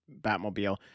Batmobile